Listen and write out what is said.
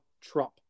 Trump